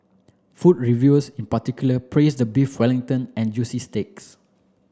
food reviewers in particular praised the Beef Wellington and juicy steaks